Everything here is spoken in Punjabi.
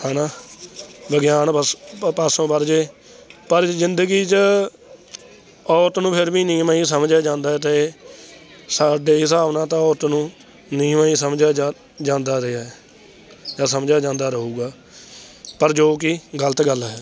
ਹੈ ਨਾ ਵਿਗਿਆਨ ਬਸ ਪਾਸੋਂ ਵਰਜੇ ਪਰ ਜ਼ਿੰਦਗੀ 'ਚ ਔਰਤ ਨੂੰ ਫਿਰ ਵੀ ਨੀਵਾਂ ਹੀ ਸਮਝਿਆ ਜਾਂਦਾ ਹੈ ਅਤੇ ਸਾਡੇ ਹਿਸਾਬ ਨਾਲ ਤਾਂ ਔਰਤ ਨੂੰ ਨੀਵਾਂ ਹੀ ਸਮਝਿਆ ਜਾ ਜਾਂਦਾ ਰਿਹਾ ਹੈ ਜਾਂ ਸਮਝਿਆ ਜਾਂਦਾ ਰਹੂਗਾ ਪਰ ਜੋ ਕਿ ਗਲਤ ਗੱਲ ਹੈ